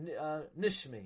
Nishmi